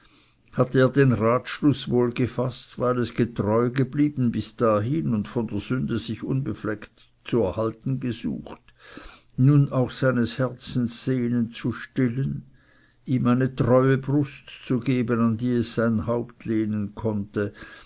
hatte er den ratschluß wohl gefaßt weil es getreu geblieben bis dahin und von der sünde sich unbefleckt zu erhalten gesucht nun auch seines herzens sehnen zu stillen ihm eine treue brust zu geben an die es sein haupt lehnen konnte